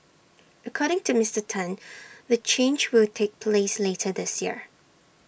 according to Mister Tan the change will take place later this year